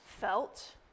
felt